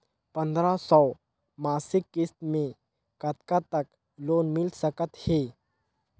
पंद्रह सौ मासिक किस्त मे कतका तक लोन मिल सकत हे?